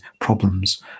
problems